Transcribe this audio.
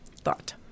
thought